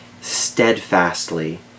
steadfastly